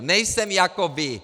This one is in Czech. Nejsem jako vy.